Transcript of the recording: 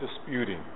disputing